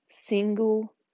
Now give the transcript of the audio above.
single